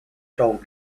told